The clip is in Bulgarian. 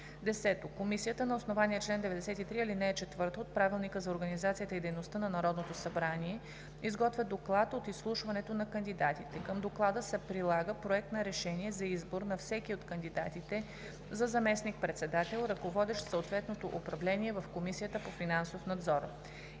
10. Комисията на основание чл. 93, ал. 4 от Правилника за организацията и дейността на Народното събрание изготвя доклад от изслушването на кандидатите. Към доклада се прилага проект на решение за избор на всеки от кандидатите за заместник-председател, ръководещ съответното управление в Комисията за финансов надзор.